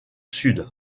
sud